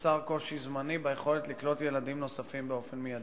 נוצר קושי זמני ביכולת לקלוט ילדים נוספים באופן מיידי.